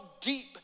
deep